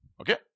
Okay